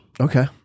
Okay